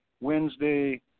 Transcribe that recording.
Wednesday